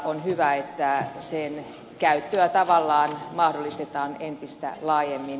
on hyvä että sen käyttöä tavallaan mahdollistetaan entistä laajemmin